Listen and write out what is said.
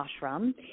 ashram